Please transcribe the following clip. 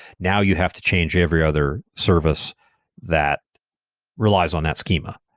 now you have to change every other service that relies on that schema.